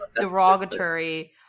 derogatory